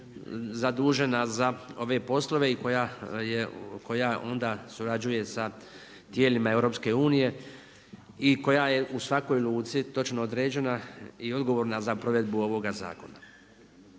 zadužena za ove poslove i koja onda surađuje sa tijelima EU i koja je u svakoj luci točno određena i odgovorna za provedbu ovoga zakona.